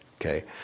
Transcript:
Okay